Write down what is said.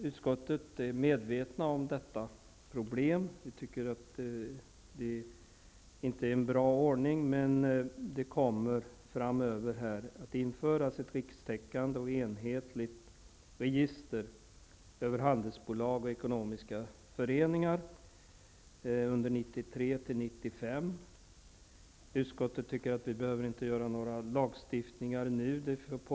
Utskottet är medvetet om detta problem och anser att det inte är en bra ordning. Det kommer framöver att införas ett rikstäckande och enhetligt register över handelsbolag och ekonomiska föreningar under 1993--1995. Utskottet anser att någon lagstiftning inte behöver genomföras nu.